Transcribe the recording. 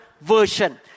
version